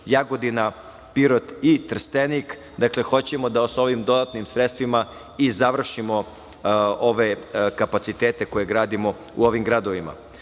Jagodina, Pirot i Trstenik. Dakle, hoćemo da sa ovim dodatnim sredstvima i završimo ove kapacitete koje gradimo u ovim gradovima. Takođe,